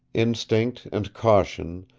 instinct and caution,